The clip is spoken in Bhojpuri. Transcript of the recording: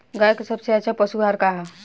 गाय के सबसे अच्छा पशु आहार का ह?